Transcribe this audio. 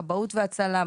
כבאות והצלה,